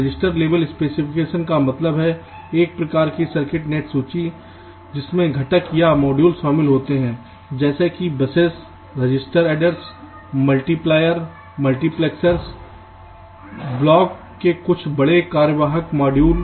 register लेबल specification का मतलब एक प्रकार की सर्किट नेट सूची है जिसमें घटक या मॉड्यूल शामिल होते हैं जैसे कि buses register adder multiplier multiplexers block के कुछ बड़े कार्यात्मक मॉड्यूल